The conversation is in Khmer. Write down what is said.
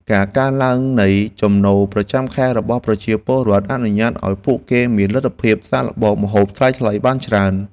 ការកើនឡើងនៃចំណូលប្រចាំខែរបស់ប្រជាពលរដ្ឋអនុញ្ញាតឱ្យពួកគេមានលទ្ធភាពសាកល្បងម្ហូបថ្លៃៗបានច្រើន។